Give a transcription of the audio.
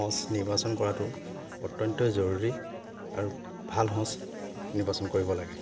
সঁচ নিৰ্বাচন কৰাটো অত্যন্ত জৰুৰী আৰু ভাল সঁচ নিৰ্বাচন কৰিব লাগে